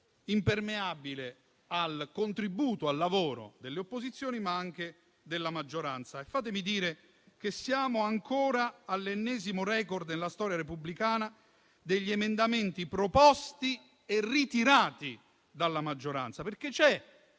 impermeabile al contributo e al lavoro delle opposizioni, ma anche della maggioranza. E fatemi dire che siamo ancora all'ennesimo *record*, nella storia repubblicana, degli emendamenti proposti e ritirati dalla maggioranza, perché c'è